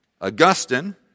Augustine